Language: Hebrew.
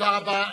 תודה רבה.